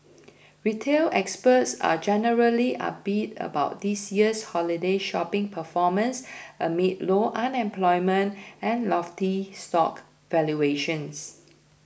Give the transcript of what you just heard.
retail experts are generally upbeat about this year's holiday shopping performance amid low unemployment and lofty stock valuations